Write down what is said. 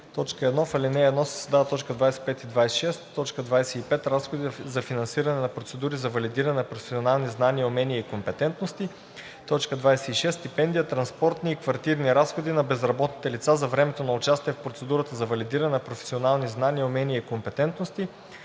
1. В ал. 1 се създават т. 25 и 26: „25. разходи за финансиране на процедури за валидиране на професионални знания, умения и компетентности; 26. стипендия, транспортни и квартирни разходи на безработните лица за времето на участие в процедурата за валидиране на професионални знания, умения и компетентности.“